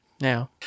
now